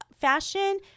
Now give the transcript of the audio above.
fashion